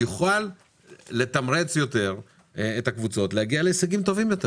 איזשהו שינוי שיוכל לתמרץ יותר את הקבוצות להגיע להישגים טובים יותר.